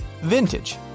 Vintage